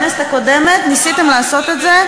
בכנסת הקודמת ניסיתם לעשות את זה,